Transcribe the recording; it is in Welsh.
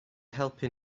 helpu